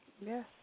Yes